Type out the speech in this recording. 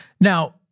Now